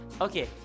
Okay